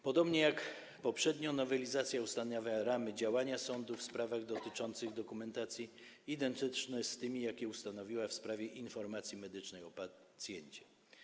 Podobnie jak poprzednio, nowelizacja ustanawia ramy działania sądów w sprawach dotyczących dokumentacji, które są identyczne z tymi, jakie ustanowiła w sprawie informacji medycznej o pacjencie.